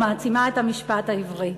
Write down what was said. או מעצימה את המשפט העברי.